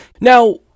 Now